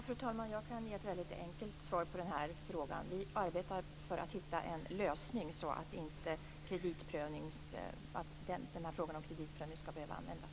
Fru talman! Jag kan ge ett väldigt enkelt svar på den här frågan. Vi arbetar för att hitta en lösning så att inte kreditprövning skall behöva användas.